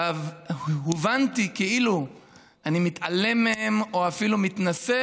הובנתי כאילו אני מתעלם מהן או אפילו מתנשא